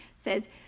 says